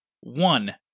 one